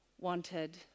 wanted